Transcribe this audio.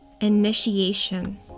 initiation